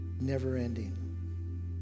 never-ending